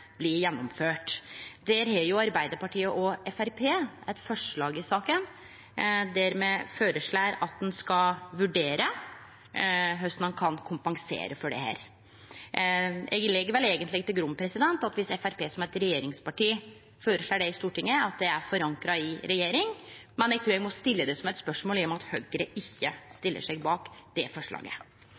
blir gjennomført. Der har Arbeidarpartiet og Framstegspartiet eit forslag i saka, der me føreslår at ein skal vurdere korleis ein kan kompensere for dette. Eg legg vel eigentleg til grunn at om Framstegspartiet som eit regjeringsparti føreslår dette i Stortinget, er det forankra i regjeringa, men eg trur eg må stille det som eit spørsmål i og med at Høgre ikkje stiller seg bak forslaget.